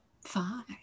five